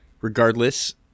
Regardless